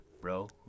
Bro